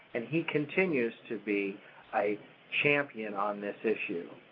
and he continues to be a champion on this issue.